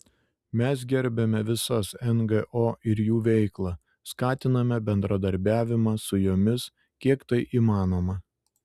mes gerbiame visas ngo ir jų veiklą skatiname bendradarbiavimą su jomis kiek tai įmanoma